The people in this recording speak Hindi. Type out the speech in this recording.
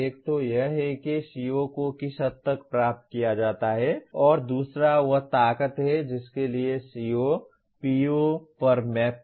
एक तो यह है कि CO को किस हद तक प्राप्त किया जाता है और दूसरा वह ताकत है जिसके लिए CO PO पर मैप करता है